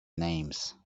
names